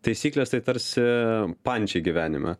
taisyklės tai tarsi pančiai gyvenime